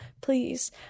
please